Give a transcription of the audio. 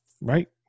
Right